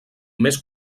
més